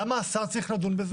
למה השר צריך לדון בזה?